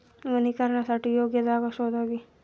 वनीकरणासाठी योग्य जागा शोधावी